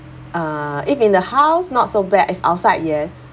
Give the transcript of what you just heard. uh if in the house not so bad if outside yes